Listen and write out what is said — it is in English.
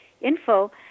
info